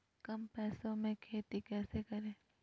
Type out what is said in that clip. कम पैसों में खेती कैसे करें?